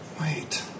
Wait